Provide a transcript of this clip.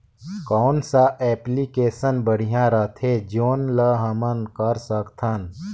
कौन सा एप्लिकेशन बढ़िया रथे जोन ल हमन कर सकथन?